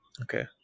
Okay